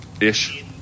Ish